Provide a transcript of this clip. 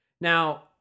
Now